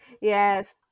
Yes